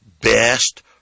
best